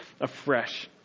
afresh